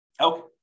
okay